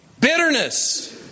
Bitterness